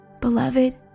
Beloved